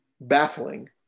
baffling